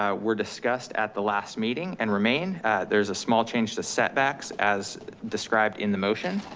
um were discussed at the last meeting and remain there's a small change to setbacks as described in the motion.